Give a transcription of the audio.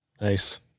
nice –